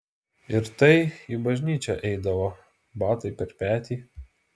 ir tai į bažnyčią eidavo batai per petį